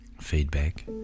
feedback